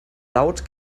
laut